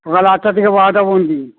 সকাল আটটা থেকে বারোটা বসি